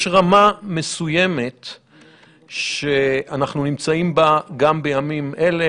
יש רמה מסוימת שאנחנו נמצאים בה גם בימים אלה,